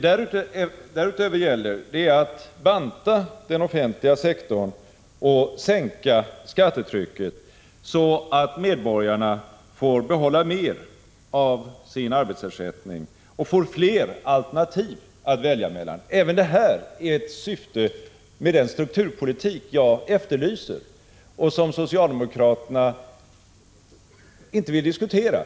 Därutöver gäller det att banta den offentliga sektorn och sänka skattetrycket, så att medborgarna får behålla mer av sin arbetsersättning och få fler alternativ att välja mellan. Även detta är ett syfte med den strukturpolitik jag efterlyser och som socialdemokraterna inte vill diskutera.